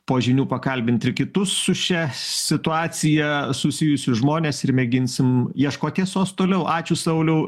po žinių pakalbint ir kitus su šia situacija susijusius žmones ir mėginsim ieškot tiesos toliau ačiū sauliau